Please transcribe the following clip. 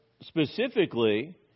specifically